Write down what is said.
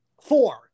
Four